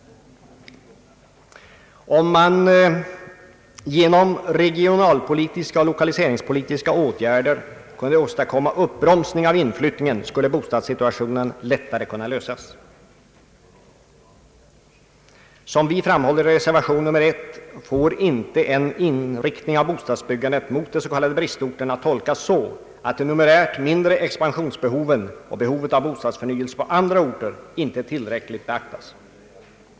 Om man genom regionalpolitiska och lokaliseringspolitiska åtgärder kunde åstadkomma en uppbromsning av inflyttningen skulle bostadsproblemen lättare kunna lösas. Som vi framhåller i reservation nr 1 får en inriktning av bostadsbyggandet mot de s.k. bristorterna inte tolkas så, att de numerärt mindre expansionsbehoven och behovet av bostadsförnyelse på andra orter inte tillräckligt beaktas.